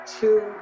two